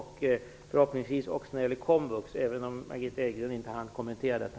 Förhoppningsvis gäller det också komvux, även om Margitta Edgren inte hann kommentera detta.